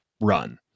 run